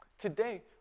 Today